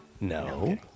No